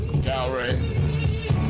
Gallery